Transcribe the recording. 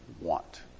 want